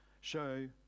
show